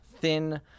thin